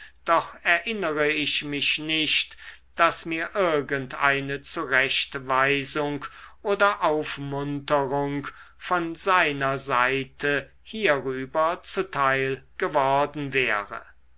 doch erinnere ich mich nicht daß mir irgend eine zurechtweisung oder aufmunterung von seiner seite hierüber zuteil geworden wäre